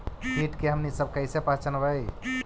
किट के हमनी सब कईसे पहचनबई?